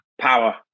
power